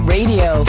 Radio